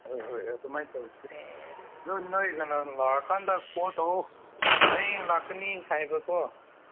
ꯍꯣꯏ ꯍꯣꯏ ꯑꯗꯨꯃꯥꯏꯅ ꯇꯧꯁꯤ ꯑꯗꯨ ꯅꯣꯏ ꯉꯟꯅ ꯂꯥꯛꯑ ꯀꯥꯟꯗ ꯀꯣꯜ ꯇꯧꯋꯣ ꯍꯌꯦꯡ ꯂꯥꯛꯀꯅꯤ ꯍꯥꯏꯕꯀꯣ